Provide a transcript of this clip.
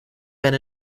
been